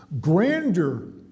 grander